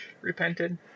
repented